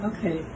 Okay